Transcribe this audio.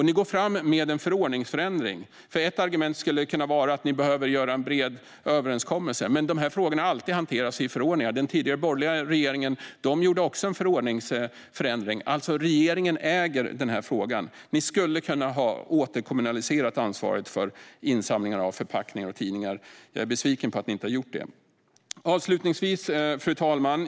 Ni går fram med en förordningsförändring. Ett argument skulle kunna vara att ni behöver göra en bred överenskommelse, men de här frågorna har alltid hanterats i förordningar. Den tidigare borgerliga regeringen gjorde också en förordningsförändring. Regeringen äger alltså den här frågan. Ni skulle ha kunnat återkommunalisera ansvaret för insamlingen av förpackningar och tidningar. Jag är besviken på att ni inte har gjort det. Fru talman!